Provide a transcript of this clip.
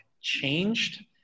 changed